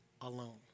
alone